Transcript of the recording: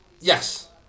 Yes